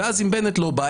ואז אם בנט לא בא,